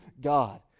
God